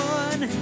one